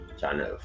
channel